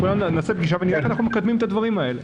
כולנו נעשה פגישה ונראה איך אנחנו מקדמים את הדברים האלה.